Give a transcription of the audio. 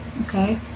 Okay